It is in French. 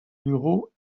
bureaux